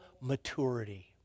maturity